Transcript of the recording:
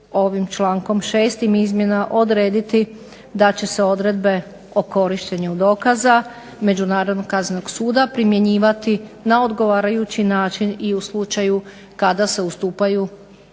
ovim člankom 6. izmjena odrediti da će se odredbe o korištenju dokaza Međunarodnog kaznenog suda primjenjivati na odgovarajući način i u slučaju kada se ustupa kazneni